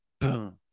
boom